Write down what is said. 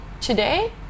today